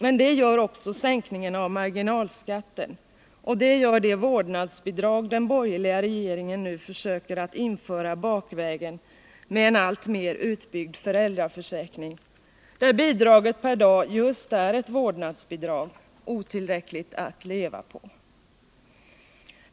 Men det gör också sänkningen av marginalskatten och det gör det vårdnadsbidrag den borgerliga regeringen nu försöker att införa bakvägen med en alltmer utbyggd föräldraförsäkring, där bidraget per dag just är ett vårdnadsbidrag, otillräckligt att leva på.